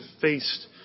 faced